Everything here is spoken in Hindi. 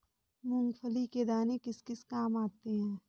मूंगफली के दाने किस किस काम आते हैं?